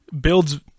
builds